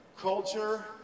culture